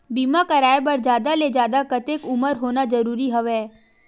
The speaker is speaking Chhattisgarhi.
बीमा कराय बर जादा ले जादा कतेक उमर होना जरूरी हवय?